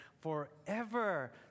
forever